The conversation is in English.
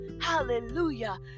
Hallelujah